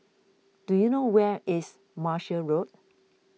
do you know where is Martia Road